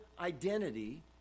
identity